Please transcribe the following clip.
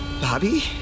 Bobby